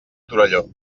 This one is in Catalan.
torelló